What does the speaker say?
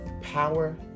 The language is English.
Power